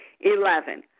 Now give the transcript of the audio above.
Eleven